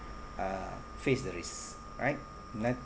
uh face the risk all right then